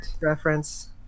Reference